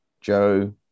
Joe